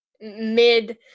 mid